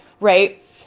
right